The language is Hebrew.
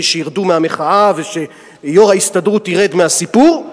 שירדו מהמחאה וכדי שיושב-ראש ההסתדרות ירד מהסיפור,